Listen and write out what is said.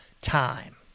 time